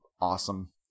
awesome